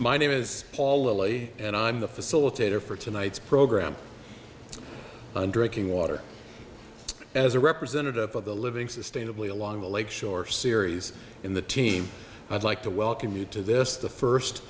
my name is pauly and i'm the facilitator for tonight's program and drinking water as a representative of the living sustainably along the lake shore series in the team i'd like to welcome you to this the first